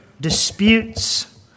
disputes